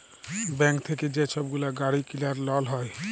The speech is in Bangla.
ব্যাংক থ্যাইকে যে ছব গুলা গাড়ি কিলার লল হ্যয়